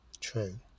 true